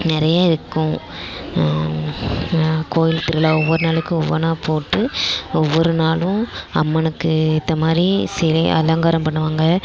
நிறைய விற்கும் கோயில் திருவிழா ஒவ்வொரு நாளைக்கும் ஒவ்வொன்றா போட்டு ஒவ்வொரு நாளும் அம்மனுக்கு ஏற்ற மாதிரி சிலை அலங்காரம் பண்ணுவாங்க